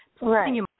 right